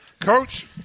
coach